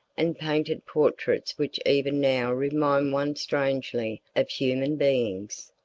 and painted portraits which even now remind one strangely of human beings.